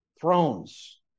thrones